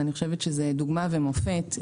זה דוגמה ומופת.